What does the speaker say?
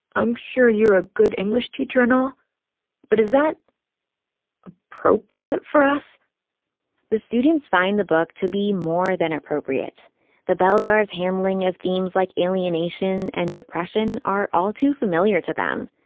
i'm sure you're a good english teacher and all but is that appropriate for us the students find the book to be more than appropriate the bell jars handling of themes like alienation and depression are all too familiar to them.